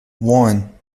one